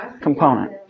component